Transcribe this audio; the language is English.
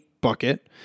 bucket